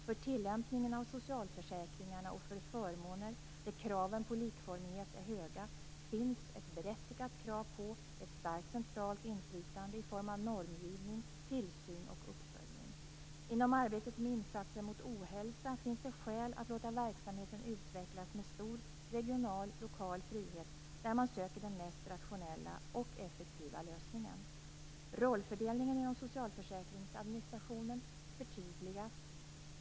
För tillämpningen av socialförsäkringarna och de förmåner där kraven på likformighet är höga, finns ett berättigat krav på ett starkt centralt inflytande i form av normgivning, tillsyn och uppföljning. Inom arbetet med insatser mot ohälsa finns det skäl att låta verksamheten utvecklas med stor regional och lokal frihet där man söker den mest rationella och effektiva lösningen. Rollfördelningen inom administrationen av socialförsäkringarna förtydligas.